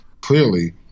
clearly